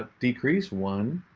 ah decrease. one.